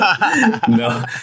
No